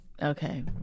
Okay